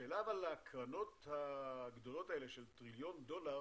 הקרנות הגדולות האלה של טריליון דולר,